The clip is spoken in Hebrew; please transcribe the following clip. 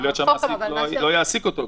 יכול להיות שהמעסיק לא יעסיק אותו.